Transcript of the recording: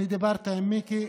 אני דיברתי עם מיקי,